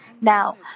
Now